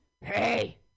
Hey